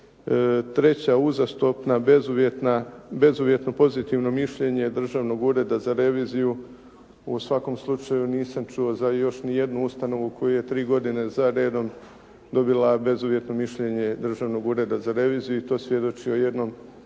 Treća uzastopna bezuvjetno pozitivno mišljenje Državnog ureda za reviziju. U svakom slučaju nisam čuo za još ni jednu ustanovu koju je tri godine za redom dobila bezuvjetno mišljenje Državnog ureda za reviziju i to svjedoči o jednom